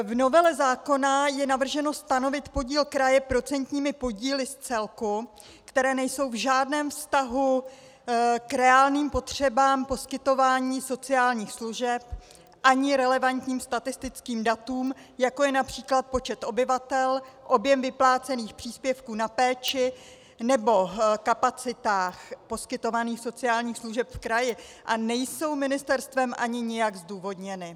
V novele zákona je navrženo stanovit podíl kraje procentními podíly z celku, které nejsou v žádném vztahu k reálným potřebám poskytování sociálních služeb ani relevantním statistickým datům, jako je např. počet obyvatel, objem vyplácených příspěvků na péči nebo kapacitách poskytovaných sociálních služeb v kraji a nejsou ministerstvem ani nijak zdůvodněny.